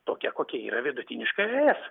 tokia kokia yra vidutiniškai es